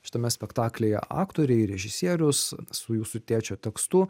šitame spektaklyje aktoriai režisierius su jūsų tėčio tekstu